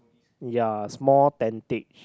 ya small tentage